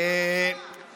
יום השואה.